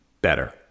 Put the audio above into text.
Better